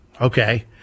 okay